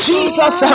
Jesus